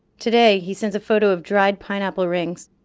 today he sends a photo of dried pineapple rings,